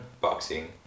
boxing